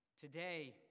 today